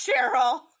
Cheryl